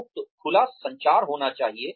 मुक्त खुला संचार होना चाहिए